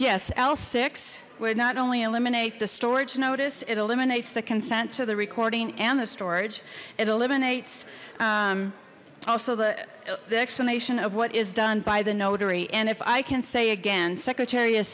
l would not only eliminate the storage notice it eliminates the consent to the recording and the storage it eliminates also the the explanation of what is done by the notary and if i can say again secretary of